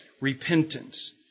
repentance